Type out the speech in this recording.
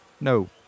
No